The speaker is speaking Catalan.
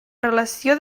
relació